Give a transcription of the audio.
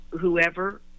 whoever